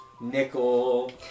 nickel